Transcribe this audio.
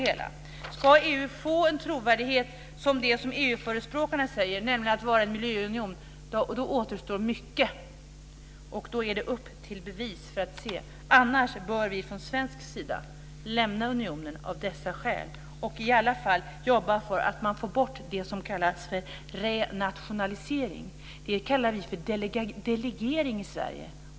Om EU ska få en trovärdighet som det som EU-förespråkarna säger, nämligen att vara en miljöunion, då återstår mycket, och då är det upp till bevis, annars bör vi från svensk sida lämna unionen av dessa skäl och i alla fall jobba för att man får bort det som kallats för renationalisering. Det kallar vi för delegering i Sverige.